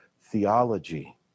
theology